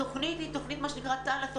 התוכנית היא תוכנית תל"א,